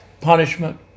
punishment